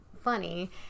funny